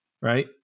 right